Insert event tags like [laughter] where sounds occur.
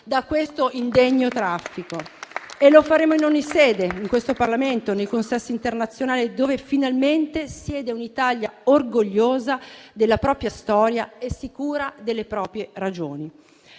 da questo indegno traffico. [applause] Lo faremo in ogni sede, in questo Parlamento e nei consessi internazionali, dove finalmente siede un'Italia orgogliosa della propria storia e sicura delle proprie ragioni.